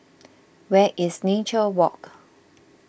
where is Nature Walk